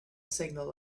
signal